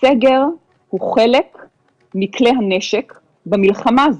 הסגר הוא חלק מכלי הנשק במלחמה הזאת,